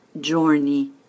journey